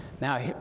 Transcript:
Now